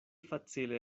facile